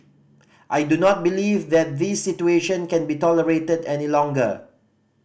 I do not believe that this situation can be tolerated any longer